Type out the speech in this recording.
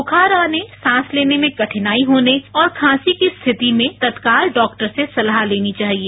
बुखार आने सांस लेने में कठिनाई होने और खांसी की स्थिति में तत्काल डॉक्टर से सलाह लेनी चाहिए